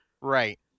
Right